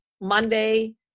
Monday